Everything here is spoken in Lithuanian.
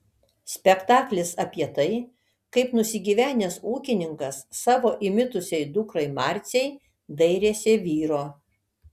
spektaklis apie tai kaip nusigyvenęs ūkininkas savo įmitusiai dukrai marcei dairėsi vyro